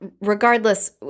regardless